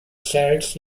church